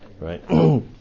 right